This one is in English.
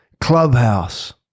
Clubhouse